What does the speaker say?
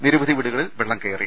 നിരവധി വീടുകളിൽ വെള്ളം കയറി